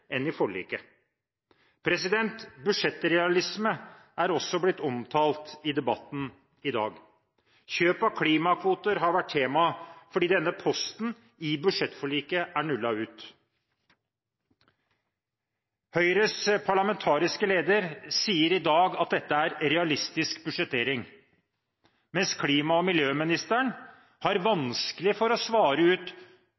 enn i forliket. Budsjettrealisme er også blitt omtalt i debatten i dag. Kjøp av klimakvoter har vært tema fordi denne posten i budsjettforliket er nullet ut. Høyres parlamentariske leder sier i dag at dette er realistisk budsjettering, mens klima- og miljøministeren har